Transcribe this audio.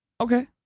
Okay